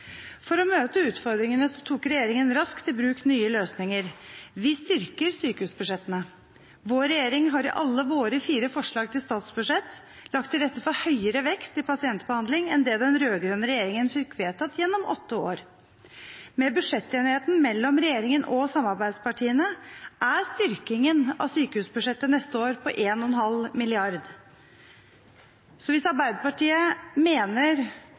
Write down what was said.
For å møte utfordringene tok regjeringen raskt i bruk nye løsninger. Vi styrker sykehusbudsjettene. Vår regjering har i alle våre fire forslag til statsbudsjett lagt til rette for høyere vekst i pasientbehandling enn det den rød-grønne regjeringen fikk vedtatt gjennom åtte år. Med budsjettenigheten mellom regjeringen og samarbeidspartiene er styrkingen av sykehusbudsjettet neste år på 1,5 mrd. kr. Så hvis Arbeiderpartiet mener